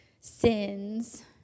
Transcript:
sins